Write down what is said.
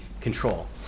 control